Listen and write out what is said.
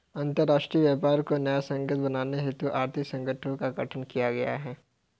अंतरराष्ट्रीय व्यापार को न्यायसंगत बनाने हेतु आर्थिक संगठनों का गठन किया गया है